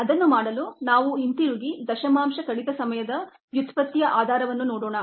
ಅದನ್ನು ಮಾಡಲು ನಾವು ಹಿಂತಿರುಗಿ ಡೆಸಿಮಲ್ ರಿಡೆಕ್ಷನ್ ಟೈಮ್ ವ್ಯುತ್ಪತ್ತಿಯ ಆಧಾರವನ್ನು ನೋಡೋಣ